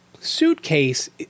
suitcase